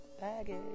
baggage